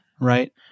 right